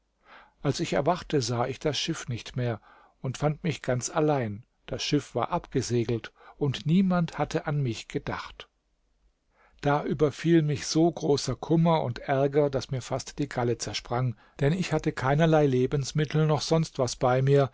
als ich erwachte sah ich das schiff nicht mehr und fand mich ganz allein das schiff war abgesegelt und niemand hatte an mich gedacht da überfiel mich so großer kummer und ärger daß mir fast die galle zersprang denn ich hatte keinerlei lebensmittel noch sonst was bei mir